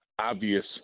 obvious